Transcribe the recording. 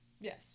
Yes